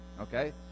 Okay